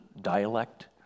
dialect